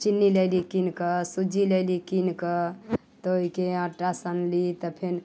चीन्नी लयली कीनकऽ सूजी लय ली कीनकऽ तऽ ओहिके आटा सनली तब फेन